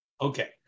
Okay